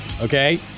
okay